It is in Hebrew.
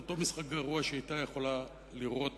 אותו משחק גרוע שהיא היתה יכולה לראות